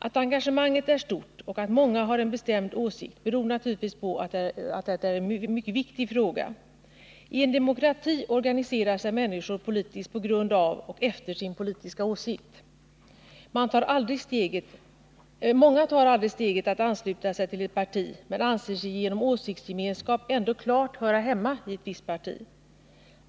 Att engagemanget är stort och att många har en bestämd åsikt beror naturligtvis på att det är en mycket viktig fråga. I en demokrati organiserar sig människor politiskt på grund av och efter sin politiska åsikt. Många tar aldrig steget att ansluta sig till ett parti men anser sig genom åsiktsgemenskap ändå klart höra hemma i ett visst parti.